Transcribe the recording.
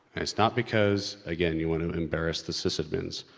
it's not because. again, you wanna embarrass the sysadmins,